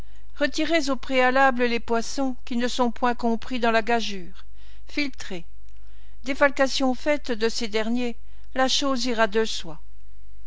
retirez au préalable les poissons qui ne sont point compris dans la gageure filtrez défalcation faite de ces derniers la chose ira de soi